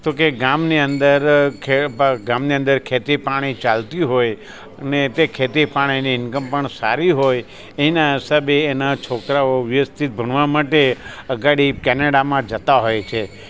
તો કે ગામની અંદર ગામની અંદર ખેતી પાણી ચાલતી હોય અને તે ખેતી પાણીની ઇનકમ પણ સારી હોય એના હિસાબે એના છોકરાઓ વ્યવસ્થિત ભણવા માટે આગળ કેનેડામાં જતા હોય છે